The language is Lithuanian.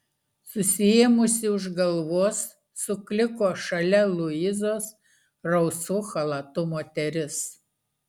susiėmusi už galvos sukliko šalia luizos rausvu chalatu moteris